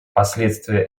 последствия